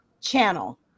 channel